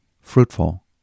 fruitful